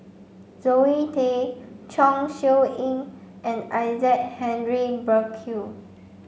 Zoe Tay Chong Siew Ying and Isaac Henry Burkill